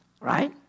right